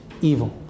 evil